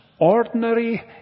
ordinary